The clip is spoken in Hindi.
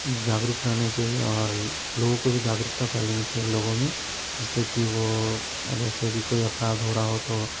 जागरुक रहना चाहिए और लोगों को भी जागरूकता फ़ैलानी चाहिए लोगों में जिससे कि वो जैसे कि कोई अपराध हो रहा हो तो